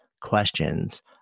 questions